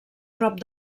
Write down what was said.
prop